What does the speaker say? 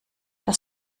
das